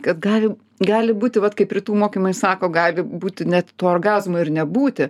kad gali gali būti vat kaip rytų mokymai sako gali būti net orgazmo ir nebūti